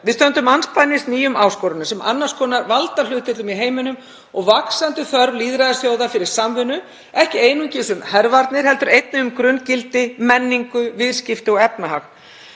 Við stöndum andspænis nýjum áskorunum, annars konar valdahlutföllum í heiminum og vaxandi þörf lýðræðisþjóða fyrir samvinnu, ekki einungis um hervarnir heldur einnig um grunngildi, menningu, viðskipti og efnahag.